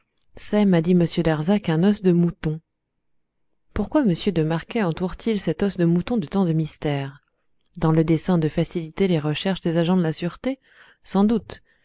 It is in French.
c'est m'a dit m darzac un os de mouton pourquoi m de marquet entoure t il cet os de mouton de tant de mystère dans le dessein de faciliter les recherches des agents de la sûreté sans doute